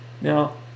now